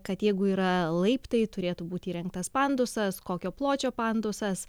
kad jeigu yra laiptai turėtų būti įrengtas pandusas kokio pločio pandausas